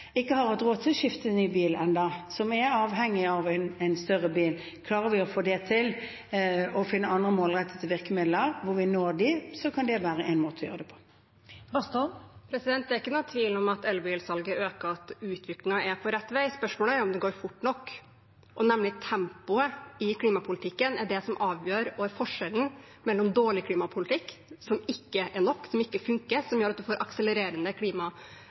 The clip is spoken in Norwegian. avhengig av en større bil – klarer vi å få det til og finne andre målrettede virkemidler som når dem – kan det være en måte å gjøre det på? Det er ikke noen tvil om at elbilsalget øker, og at utviklingen går rett vei. Spørsmålet er om det går fort nok. Tempoet i klimapolitikken er nemlig det som avgjør og er forskjellen mellom dårlig klimapolitikk, som ikke er nok, som ikke funker, og som gjør at man får akselererende